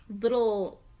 little